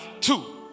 Two